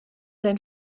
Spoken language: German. sein